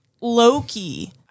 loki